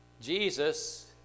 Jesus